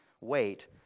wait